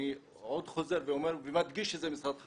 אני חוזר ואומר ומדגיש שזה משרד החקלאות.